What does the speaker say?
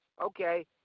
Okay